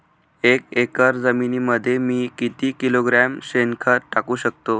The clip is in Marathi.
एक एकर जमिनीमध्ये मी किती किलोग्रॅम शेणखत टाकू शकतो?